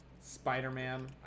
Spider-Man